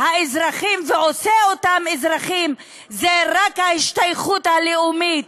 האזרחים ועושה אותם אזרחים זה רק ההשתייכות הלאומית.